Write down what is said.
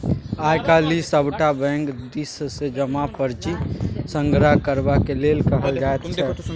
आय काल्हि सभटा बैंक दिससँ जमा पर्ची संग्रह करबाक लेल कहल जाइत छै